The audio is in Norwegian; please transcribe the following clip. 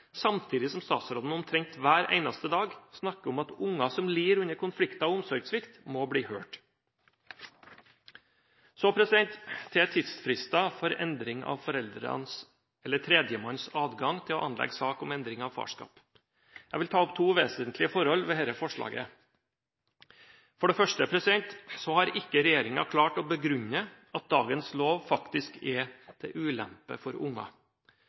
samtidig som statsråden omtrent hver eneste dag snakker om at barn som lider under konflikter og omsorgssvikt, må bli hørt. Så til tidsfrister for endring av foreldrenes eller tredjemanns adgang til å anlegge sak om endring av farskap: Jeg vil ta opp to vesentlige forhold ved dette forslaget. For det første har ikke regjeringen klart å begrunne at dagens lov faktisk er til ulempe for